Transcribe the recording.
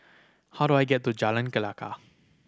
how do I get to Jalan